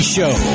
Show